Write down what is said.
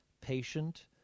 patient